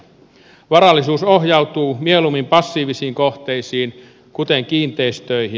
varallisuus ohjautuu mieluummin passiivisiin kohteisiin kuten kiinteistöihin